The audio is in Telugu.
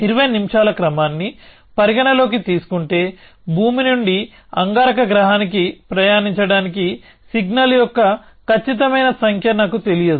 ఇరవై నిమిషాల క్రమాన్ని పరిగణనలోకి తీసుకుంటే భూమి నుండి అంగారక గ్రహానికి ప్రయాణించడానికి సిగ్నల్ యొక్క ఖచ్చితమైన సంఖ్య నాకు తెలియదు